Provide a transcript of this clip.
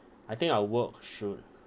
I think our work should